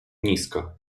nisko